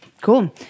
Cool